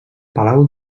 palau